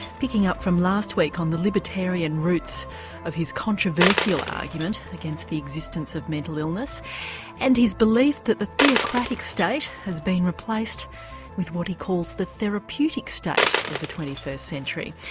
picking up from last week on the libertarian roots of his controversial argument against the existence of mental illness and his belief that the theocratic state has been replaced with what he calls the therapeutic state of the twenty first century.